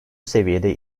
seviyede